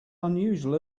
unusual